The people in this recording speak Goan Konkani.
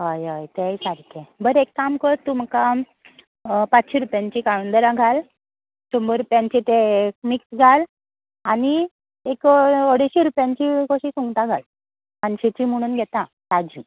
हय हय तेय सारके बरें एक काम कर तूं म्हाका पांचशी रुपयांची कळुंदरां घाल शंबर रुपयांचे ते मिक्स घाल आनी एक अडेश्शीं रुपयांचीं कशीं सुंगटां घाल मानशेची म्हणून घेता ताज्जा